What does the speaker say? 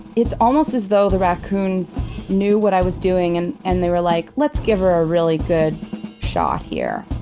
it's almost as though the raccoons knew what i was doing and and they were like, let's give her a really good shot here.